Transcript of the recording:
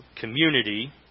community